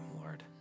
Lord